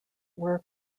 work